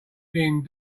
being